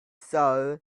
sow